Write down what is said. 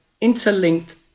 interlinked